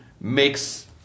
makes